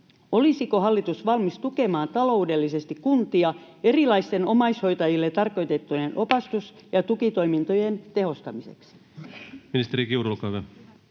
olisiko hallitus valmis tukemaan kuntia taloudellisesti erilaisten omaishoitajille tarkoitettujen opastus‑ ja tukitoimintojen tehostamiseksi?